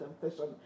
temptation